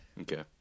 Okay